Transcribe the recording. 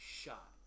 shot